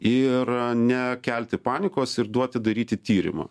ir nekelti panikos ir duoti daryti tyrimą